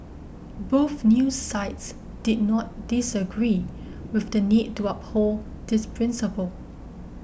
both news sites did not disagree with the need to uphold this principle